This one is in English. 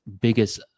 biggest